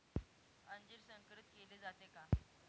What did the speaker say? अंजीर संकरित केले जाते का?